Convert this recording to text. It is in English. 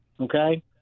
okay